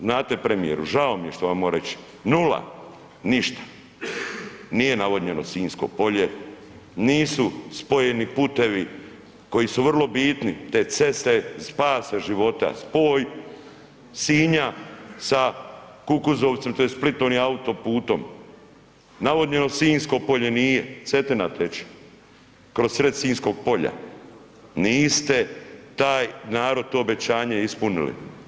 Znate premijeru, žao mi je što vam moram reći nula, ništa, nije navodnjeno Sinjsko polje, nisu spojeni putevi koji su vrlo bitni, te ceste spaja se života spoj Sinja sa Kukuzovcem tj. Splitom i autoputom, navodnjeno Sinjsko polje nije, Cetina teče kroz sred Sinjskog polja, niste taj narod to obećanje ispunili.